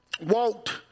walked